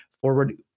forward